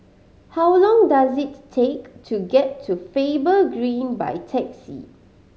how long does it take to get to Faber Green by taxi